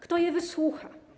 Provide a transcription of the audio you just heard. Kto go wysłucha?